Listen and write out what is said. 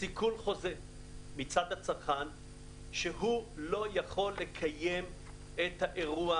סיכול חוזה מצד הצרכן שלא יכול לקיים את האירוע,